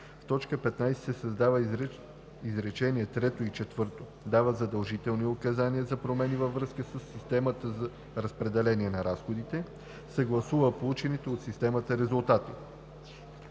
в т. 15 се създават изречения трето и четвърто: „дава задължителни указания за промени във връзка със системата за разпределение на разходите; съгласува получените от системата резултати;“